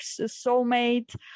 soulmate